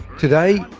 today,